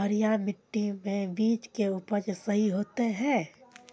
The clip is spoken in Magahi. हरिया मिट्टी में बीज के उपज सही होते है?